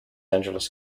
angeles